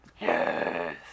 Yes